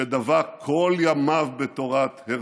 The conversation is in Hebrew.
שדבק כל ימיו בתורת הרצל,